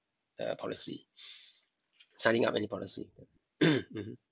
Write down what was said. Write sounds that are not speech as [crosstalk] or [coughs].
uh policy signing up any policy [coughs] mm